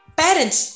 parents